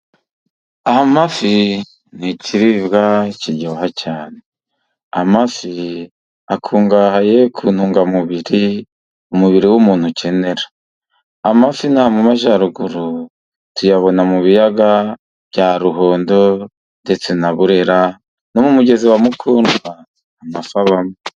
Amafi ni ikiriribwa kiryoha cyane. Amafi akungahaye ku ntungamubiri umubiri w'umuntu ukenera. Amafi inaha mu Majyaruguru tuyabona mu biyaga bya Ruhondo ndetse na Burera. No mu mugezi wa mukundwa amafi abamo.